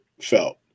felt